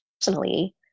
personally